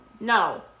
No